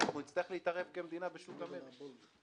נצטרך להתערב כמדינה בשוק המלט.